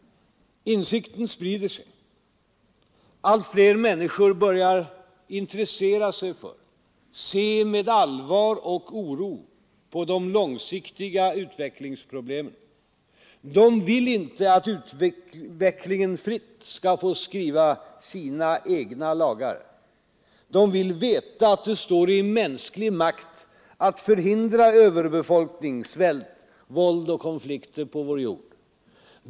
Insikten sprider sig. Allt fler människor börjar intressera sig för, se med allvar och oro på de långsiktiga utvecklingsproblemen. De vill inte att utvecklingen fritt skall få skriva sina egna lagar. De vill veta att det står i mänsklig makt att förhindra överbefolkning, svält, våld och konflikter på vår jord.